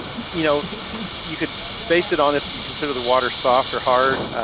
you you know you could. base it on if you consider the water soft or hard,